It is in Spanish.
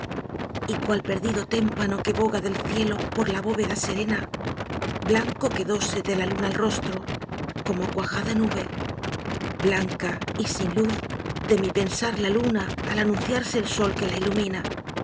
y cual perdido témpano que boga del cielo por la bóveda serena blanco quedóse de la luna el rostro como cuajada nube blanca y sin luz de mi pensar la luna al anunciarse el sol que ja ilumina